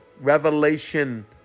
revelation